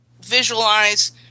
visualize